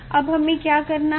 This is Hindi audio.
अब हमें क्या करना है